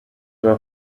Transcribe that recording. were